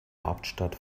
hauptstadt